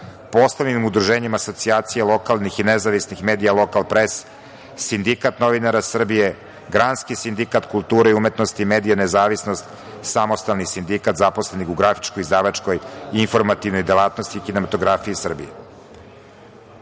ostalim udruženjima Asocijacija lokalnih i nezavisnih medija „Lokal pres“, Sindikat novinara Srbije, Granski sindikat kulture i umetnosti, „Medija nezavisnost“, Samostalni sindikat zaposlenih u grafičko-izdavačkoj informativnoj delatnosti, kinematografiji Srbije. Cilj